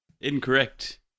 Incorrect